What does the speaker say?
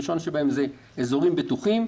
הנושא הראשון הוא אזורים בטוחים,